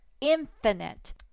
infinite